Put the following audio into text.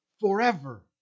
forever